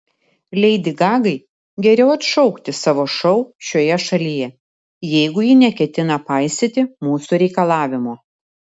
leidi gagai geriau atšaukti savo šou šioje šalyje jeigu ji neketina paisyti mūsų reikalavimo